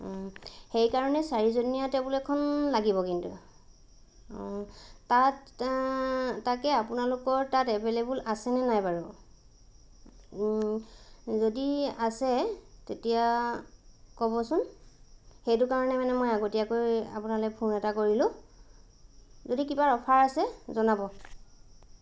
অঁ সেইকাৰণে চাৰিজনীয়া টেবুল এখন লাগিব কিন্তু তাত তাকে আপোনালোকৰ তাত এভেইলেবল আছেনে নাই বাৰু যদি আছে তেতিয়া ক'বচোন সেইটো কাৰণে মানে মই আগতিয়াকৈ আপোনালৈ ফোন এটা কৰিলোঁ যদি কিবা অফাৰ আছে জনাব